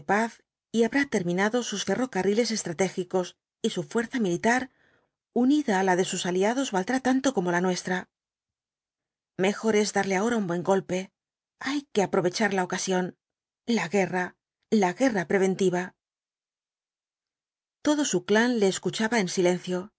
y habrá terminado sus ferrocarriles estratégicos y su fuerza militar unida á la de sus aliados valdrá tanto como la nuestra mejor es darle ahora un buen golpe hay que aprovechar la ocasión la guerra la guerra preventiva todo su clan le escuchaba en silencio